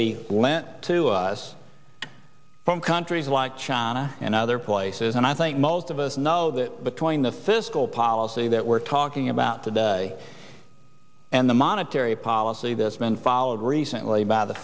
be lent to us from countries like china and other places and i think most of us know that between the fiscal policy that we're talking about today and the monetary policy this been followed recently by the